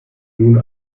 nun